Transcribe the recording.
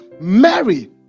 mary